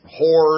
whores